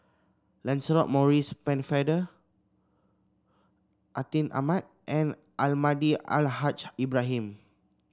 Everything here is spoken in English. Lancelot Maurice Pennefather Atin Amat and Almahdi Al Haj Ibrahim